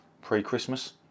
pre-Christmas